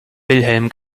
wilhelm